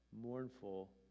mournful